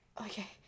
okay